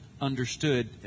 understood